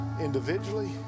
individually